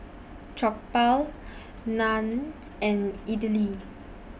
Jokbal Naan and Idili